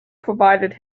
provided